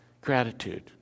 gratitude